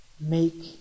make